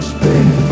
Spain